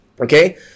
okay